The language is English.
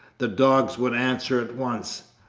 the dogs would answer at once.